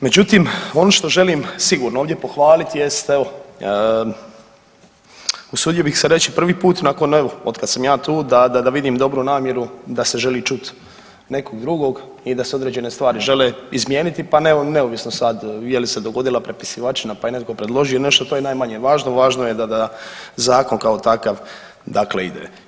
Međutim, ono što želim sigurno ovdje pohvalit jest evo usudio bih se reći prvi put nakon evo otkada sam ja tu da, da vidim dobru namjeru da se želi čut nekog drugog i da se određene stvari žele izmijeniti, pa neovisno sad je li se dogodila prepisivačina, pa je netko predložio nešto, to je najmanje važno, važno je da, da zakon kao takav dakle ide.